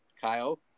Kyle